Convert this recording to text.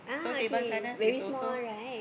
so Teban-Gardens is also